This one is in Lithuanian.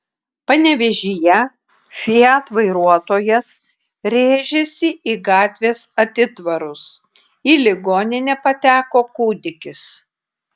panevėžyje fiat vairuotojas rėžėsi į gatvės atitvarus į ligoninę pateko kūdikis